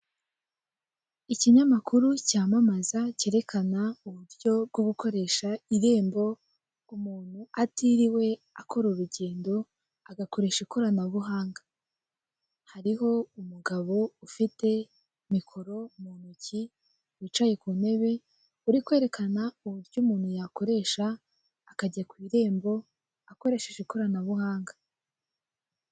Ikinyamakuru cyamamaza, cyerekana uburyo bwo gukoresha irembo, umuntu atiriwe akora urugendo, agakoresha ikoranabuhanga. Hariho umugabo ufite mikoro mu ntoki, wicaye ku ntebe, uri kwerekana uburyo umuntu yakoresha, akajya ku irembo akoresheje ikoranabuhanga.